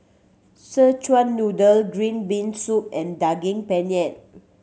Szechuan Noodle green bean soup and Daging Penyet